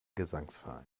gesangsverein